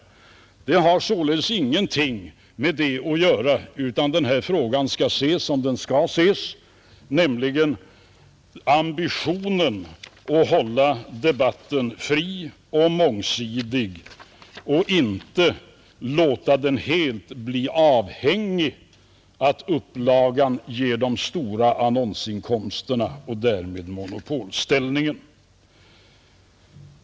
Förslaget har således ingenting med det att göra, utan den här frågan skall ses som den skall ses: det gäller ambitionen att hålla debatten fri och mångsidig och inte låta den helt bli avhängig av att upplagan ger de stora annonsinkomsterna och därmed monopolställningen.